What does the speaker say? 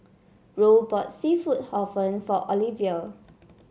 Roe bought seafood Hor Fun for Olivia